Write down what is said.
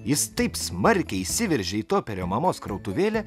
jis taip smarkiai įsiveržė į toperio mamos krautuvėlę